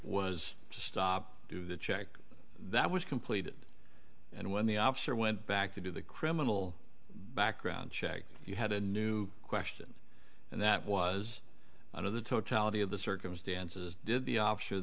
was stopped due the check that was completed and when the officer went back to do the criminal background check you had a new question and that was one of the totality of the circumstances did the o